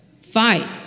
Fight